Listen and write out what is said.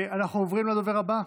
אנחנו עוברים לדובר הבא.